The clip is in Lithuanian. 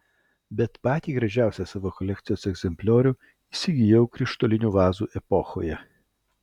bet patį gražiausią savo kolekcijos egzempliorių įsigijau krištolinių vazų epochoje